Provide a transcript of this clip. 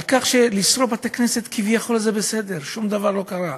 שלשרוף בתי-כנסת כביכול זה בסדר, שום דבר לא קרה.